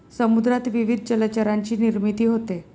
समुद्रात विविध जलचरांची निर्मिती होते